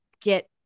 get